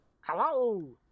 hello